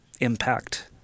impact